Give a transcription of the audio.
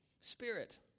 spirit